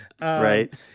Right